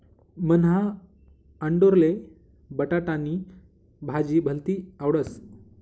मन्हा आंडोरले बटाटानी भाजी भलती आवडस